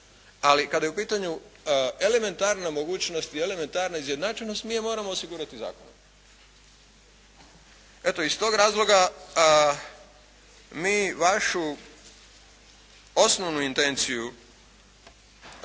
Ali kada je u pitanju elementarna mogućnost i elementarna izjednačenost mi je moramo osigurati zakonom. Eto iz tog razloga mi vašu osnovnu intenciju